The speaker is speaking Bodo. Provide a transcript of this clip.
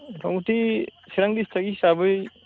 मथि मथि चिरां डिस्ट्रिक हिसाबै